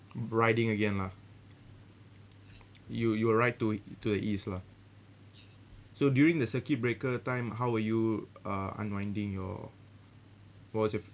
riding again lah you you will ride to to the east lah so during the circuit breaker time how are you uh unwinding your what was your f~